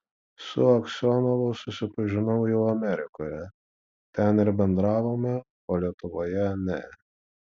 su aksionovu susipažinau jau amerikoje ten ir bendravome o lietuvoje ne